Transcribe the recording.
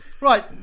right